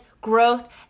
growth